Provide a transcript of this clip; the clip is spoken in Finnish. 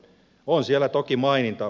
on siellä toki maininta